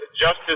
justice